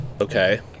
Okay